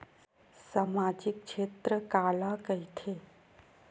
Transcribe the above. सामजिक क्षेत्र काला कइथे?